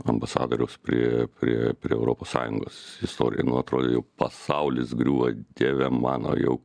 ambasadoriaus prie prie prie europos sąjungos istorijoj nu atrodė jau pasaulis griūva dieve mano jau